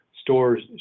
stores